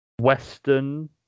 Western